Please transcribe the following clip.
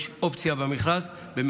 יש במכרז אופציה,